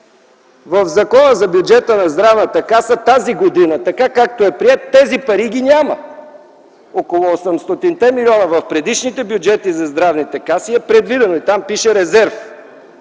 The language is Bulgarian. в Закона за бюджета на Здравната каса тази година, така както е приет, тези пари ги няма. Около 800-те милиона в предишните бюджети за здравните каси е предвидено и там пише: резерв.